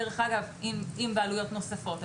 דרך אגב, גם עם בעלויות נוספות.